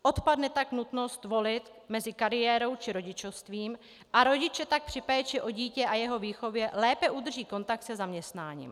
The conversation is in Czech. Odpadne tak nutnost volit mezi kariérou či rodičovstvím a rodiče tak při péči o dítě a jeho výchově lépe udrží kontakt se zaměstnáním.